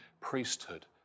priesthood